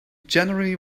generally